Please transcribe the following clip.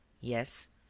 yes.